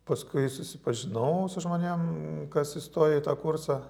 paskui susipažinau su žmonėm kas įstojo į tą kursą